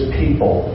people